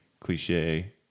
cliche